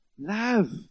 Love